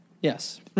Yes